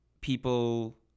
people